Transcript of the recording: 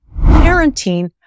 Parenting